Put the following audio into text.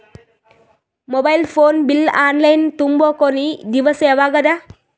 Mobile phone bill online ತುಂಬೊ ಕೊನಿ ದಿವಸ ಯಾವಗದ?